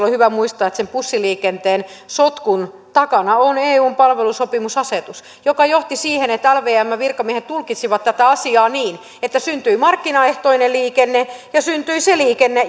on hyvä muistaa että sen bussiliikenteen sotkun takana on eun palvelusopimusasetus joka johti siihen että lvmn virkamiehet tulkitsivat tätä asiaa niin että syntyi markkinaehtoinen liikenne ja syntyi se liikenne